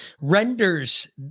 renders